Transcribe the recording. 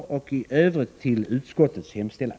I övrigt yrkar jag bifall till utskottets hemställan.